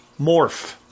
Morph